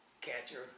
catcher